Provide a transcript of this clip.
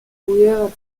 früherer